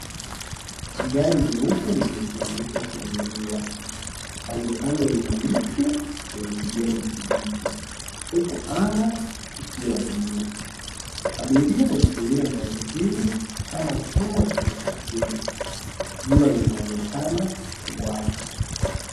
Gari jeupe limesimamishwa kwenye jua. Kando kando mna miti yenye kijani kibichi, huku anga ikiwa bluu. Abiria walitumia gari hili kama chombo cha usafiri. Jua linaonekana kuwaka.